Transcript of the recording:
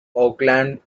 oakland